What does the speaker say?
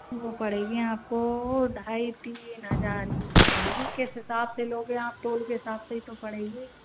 वो पड़ेगी आपको ढ़ाई तीन हजार की पड़ जाएगी किस हिसाब से लोगे आप तोल के हिसाब से ही तो पड़ेगी